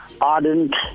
ardent